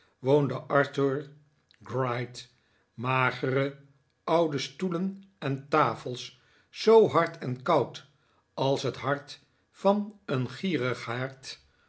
woonde arthur gride magere oude stoelen en tafels zoo hard en koud als het hart van een